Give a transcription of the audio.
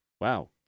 wow